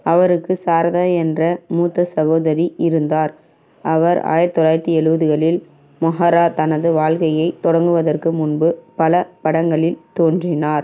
அவருக்கு சாரதா என்ற மூத்த சகோதரி இருந்தார் அவர் ஆயிரத்து தொள்ளாயிரத்து எழுபதுகளில் மெஹரா தனது வாழ்க்கையை தொடங்குவதற்கு முன்பு பல படங்களில் தோன்றினார்